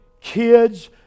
Kids